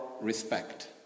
respect